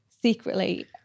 secretly